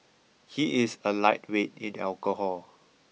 he is a lightweight in alcohol